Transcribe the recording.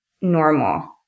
normal